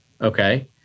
Okay